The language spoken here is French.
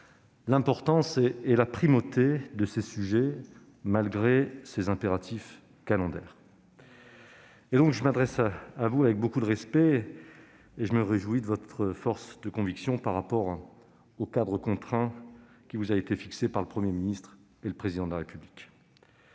l'importance et la primauté de ces sujets, malgré les impératifs calendaires. Je m'adresse donc à vous avec beaucoup de respect, et je me réjouis de votre force de conviction, compte tenu du cadre contraint qui vous a été fixé par le Premier ministre et le Président de la République.